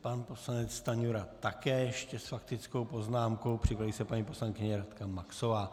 Pan poslanec Stanjura také ještě s faktickou poznámkou, připraví se paní poslankyně Radka Maxová.